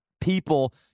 people